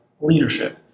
leadership